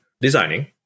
designing